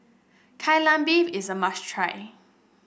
Kai Lan Beef is a must try